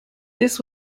this